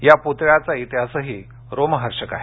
या पुतळ्याचा इतिहासही रोमहर्षक आहे